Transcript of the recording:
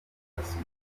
umukinnyi